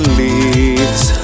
leaves